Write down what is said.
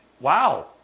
wow